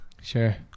Sure